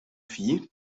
vieh